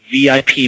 VIP